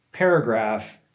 Paragraph